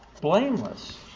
Blameless